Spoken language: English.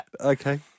Okay